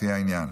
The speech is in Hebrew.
לפי העניין,